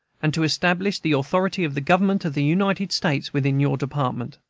and to establish the authority of the government of the united states within your department.